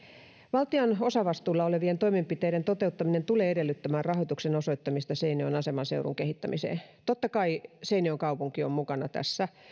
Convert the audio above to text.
valtion osavastuulla olevien toimenpiteiden toteuttaminen tulee edellyttämään rahoituksen osoittamista seinäjoen aseman seudun kehittämiseen totta kai seinäjoen kaupunki on mukana tässä